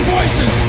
voices